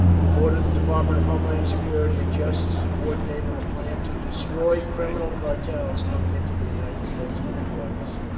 we've ordered the department of homeland security and justice to coordinate on a plan to destroy criminal cartels coming into the united states with drugs.